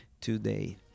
today